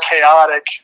chaotic